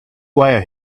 wire